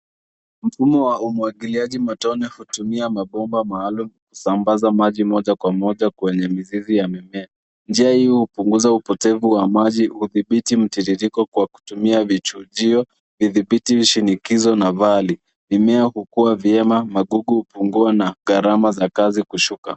Mfumo wa umwagiliaji matone hutumia mabomba maalum kusambaza maji moja kwa moja kwenye mizizi ya mimea. Njia hii hupunguza upotevu wa maji, huthibithi mtiririko kwa kutumia vijujio, vithibiti, shinikisho na vali. Mimea hukua vyema, magugu hupungua na gharama za kazi kushuka.